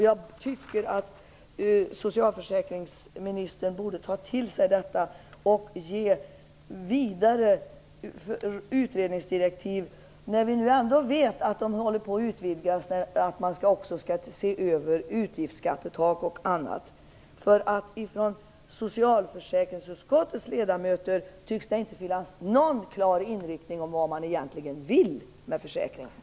Jag tycker att socialförsäkringsministern borde ta till sig detta och ge vidare utredningsdirektiv när vi nu ändå vet att utredningen håller på att utvidgas i och med att den också skall se över utgiftstak och annat. Från socialförsäkringsutskottets ledamöter tycks det inte finnas någon klar inriktning om vad man egentligen vill med försäkringarna.